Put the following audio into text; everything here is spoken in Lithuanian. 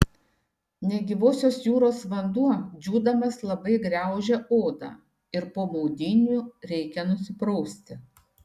negyvosios jūros vanduo džiūdamas labai graužia odą ir po maudynių reikia nusiprausti